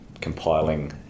compiling